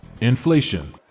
inflation